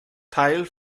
teil